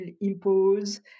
impose